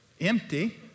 empty